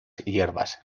hierbas